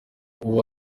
uwo